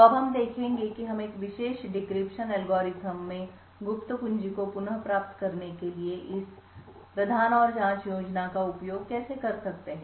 तो अब हम देखेंगे कि हम एक विशेष डिक्रिप्शन एल्गोरिथ्म में गुप्त कुंजी को पुनः प्राप्त करने के लिए इस प्रधान और जांच योजना का उपयोग कैसे कर सकते हैं